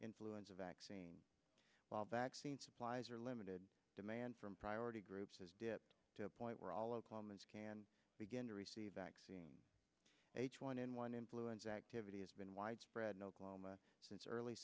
influenza vaccine while vaccine supplies are limited demand from priority groups is to a point where all oklahomans can begin to receive vaccines h one n one influenza activity has been widespread in oklahoma since early